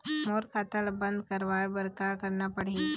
मोर खाता ला बंद करवाए बर का करना पड़ही?